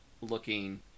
looking